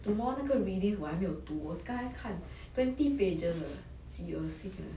tomorrow 那个 readings 我还没有读我刚才看 twenty pages uh 几恶心 uh